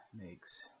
makes